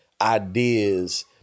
ideas